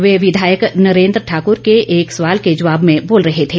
वे विधायक नरेंद्र ठाकुर के एक सवाल के जवाब में बोल रहे थे